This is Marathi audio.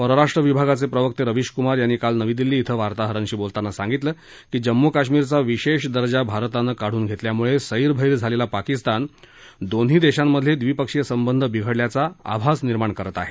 परराष्ट्र विभागाचे प्रवक्ते रवीश कुमार यांनी काल नवी दिल्ली धिं वार्ताहरांशी बोलताना सांगितलं की जम्मू कश्मीरचा विशेष दर्जा भारतानं काढून घेतल्यामुळे सैरभैर झालेला पाकिस्तान दोन्ही देशांमधले द्विपक्षीय संबंध बिघडल्याचा आभास निर्माण करत आहे